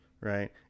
Right